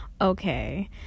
Okay